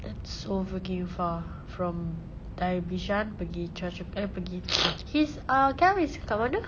that's so freaking far from dari bishan pergi choa chu eh pergi his ah camp is kat mana